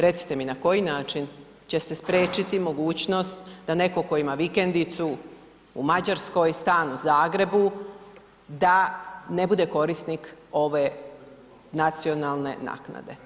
Recite mi na koji način će se spriječiti mogućnost da netko tko ima vikendicu u Mađarskoj, stan u Zagrebu, da ne bude korisnik ove nacionalne naknade?